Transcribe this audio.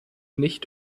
nicht